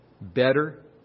better